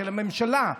של הממשלה.